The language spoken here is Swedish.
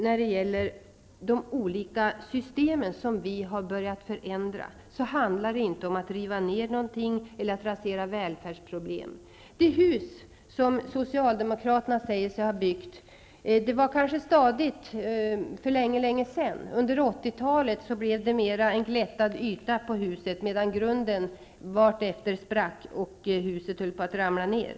När det gäller de olika system som vi har börjat förändra, handlar det inte om att riva ned någonting eller att rasera välfärden. Det hus som Socialdemokratin säger sig ha byggt var kanske stadigt för länge sedan. Under 80-talet blev det emellertid en mer glättad yta på huset, medan grunden vartefter sprack och huset höll på att ramla ned.